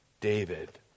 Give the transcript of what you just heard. David